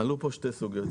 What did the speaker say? עלו כאן שתי סוגיות.